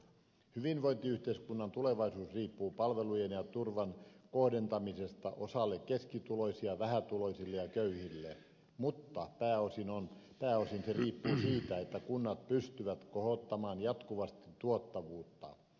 hyvinvointiyhteiskunnan tulevaisuus riippuu palvelujen ja turvan kohdentamisesta osalle keskituloisia vähätuloisille ja köyhille mutta pääosin se riippuu siitä että kunnat pystyvät kohottamaan jatkuvasti tuottavuutta